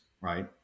right